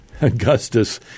Augustus